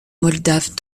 moldave